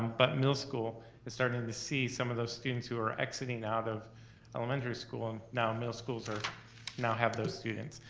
but middle school is starting to see some of those students who are exiting out of elementary school, and now middle school now have those students.